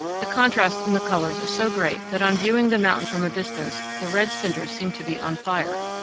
the contrast in the colors is so great that on viewing the mountain from a distance the red cinders seem to be on fire.